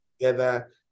together